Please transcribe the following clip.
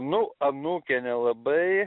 nu anūkė nelabai